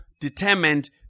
determined